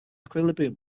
equilibrium